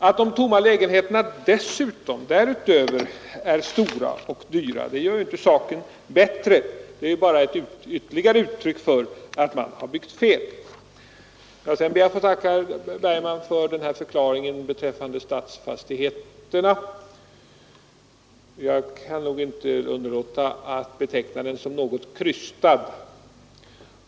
Att de tomma lägenheterna därutöver är stora och dyra gör ju inte saken bättre, det är bara ytterligare ett uttryck för att man har byggt fel. Sedan ber jag att få tacka herr Bergman för förklaringen beträffande AB Stadsfastigheter. Jag kan nog inte underlåta att beteckna den som något krystad.